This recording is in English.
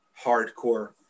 hardcore